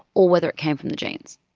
or whether it came from the genes?